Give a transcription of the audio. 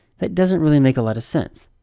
it doesn't really make a lot of sense.